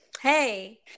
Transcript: Hey